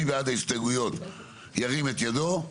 מי בעד ההסתייגויות ירים את ידו?